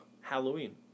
Halloween